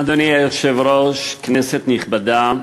אדוני היושב-ראש, כנסת נכבדה,